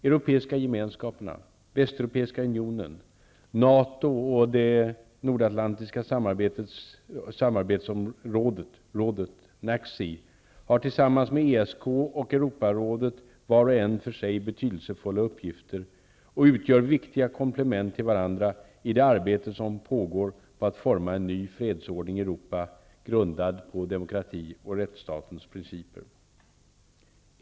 Europeiska gemenskaperna, Västeuropeiska unionen, NATO och Nordatlantiska samarbetsrådet har tillsammans med ESK och Europarådet var och en för sig betydelsefulla uppgifter och utgör viktiga komplement till varandra i det arbete som pågår på att forma en ny fredsordning i Europa, grundad på demokrati och rättsstatens principer.